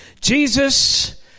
Jesus